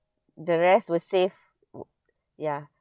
the rest was saved ya